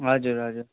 हजुर हजुर